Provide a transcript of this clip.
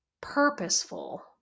purposeful